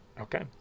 okay